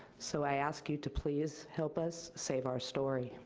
so i ask you to please help us save our story.